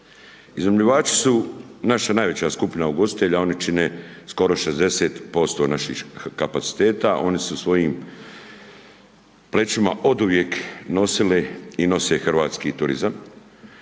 Iznajmljivači su naša najveća skupina ugostitelja, oni čine skoro 60% naših kapaciteta, oni na svojim plećima oduvijek nosili i nose hrvatski turizam,